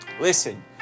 Listen